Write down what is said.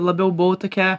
labiau buvau tokia